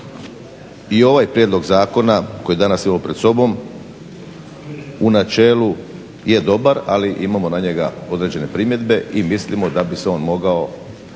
i ovaj prijedlog zakona koji danas imamo pred sobom u načelu je dobar, ali imamo na njega određene primjedbe i mislimo da bi se on mogao